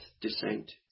descent